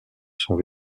sont